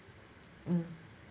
mm